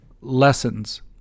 lessons